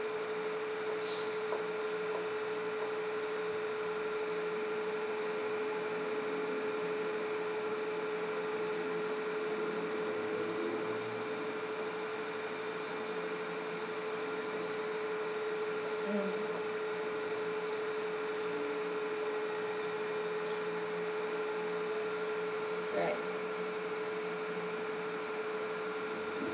mm right